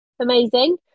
Amazing